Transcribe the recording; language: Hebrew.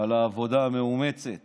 על העבודה המאומצת